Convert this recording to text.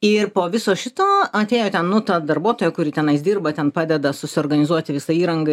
ir po viso šito atėjo ten nu ta darbuotoja kuri tenais dirba ten padeda susiorganizuoti visą įrangą